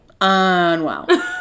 unwell